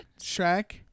Shrek